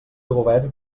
govern